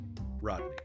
Rodney